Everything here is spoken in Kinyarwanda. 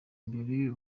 imbere